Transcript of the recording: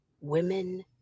women